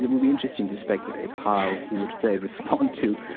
it would be interesting to speculate how he would, say, respond to,